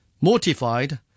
Mortified